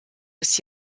bis